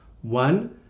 one